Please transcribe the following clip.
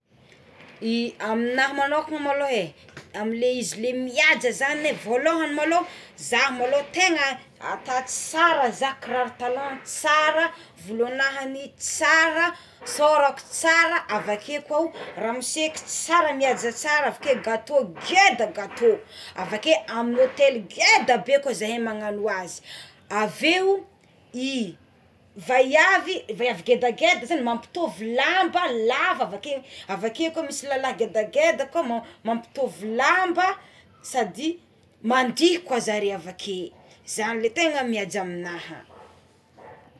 I aminahy manokana malôha e amin'ny le izy mihaja zany, e voalohany malôha, zah maloha ata tsara za kiraro talon tsara volo anahany tsara sôrako tsara, avakeo ko ramoseko tsara mihaja tsara de gatô ngeda gatô avakeo amin'ny hôtely ngeda ko zay magnagno azy, aveo i vaiavy vaiavy ngedangeda zagny mampitovy lamba lava avakeo misy lalahy ngedangeda mampitovy lamba sady mandrioka zareo avake zany le tena mihaja aminaha.